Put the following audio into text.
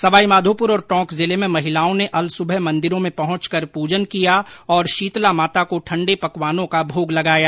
सवाई माधोपुर और टोंक जिले में महिलाओं ने अल सुबह मंदिरों में पहुंचकर पूजन किया और शीतला माता को ठण्डे पकवानों का भोग लगाया